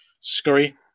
scurry